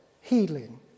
healing